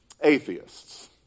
atheists